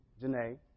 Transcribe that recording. Janae